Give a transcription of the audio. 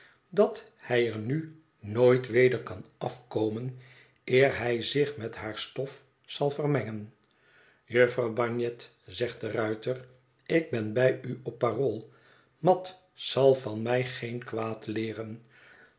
dat hij er nu nooit weder kan afkomen eer hij zich met haar stof zal vermengen jufvrouw bagnet zegt de ruiter ik ben bij u op parool mat zal van mij geen kwaad leeren